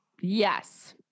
Yes